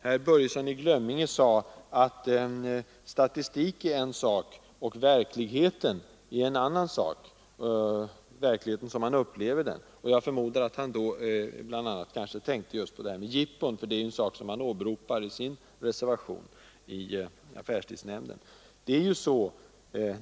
Herr Börjesson i Glömminge sade att statistik är en sak, verkligheten som man upplever den är en annan. Jag förmodar att han då tänkte just på jippon; det är något som han åberopar i sin reservation till affärstidsnämndens yttrande.